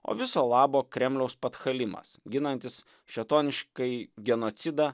o viso labo kremliaus patchalimas ginantis šėtoniškąjį genocidą